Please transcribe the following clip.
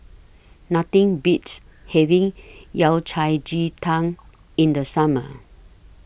Nothing Beats having Yao Cai Ji Tang in The Summer